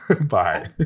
bye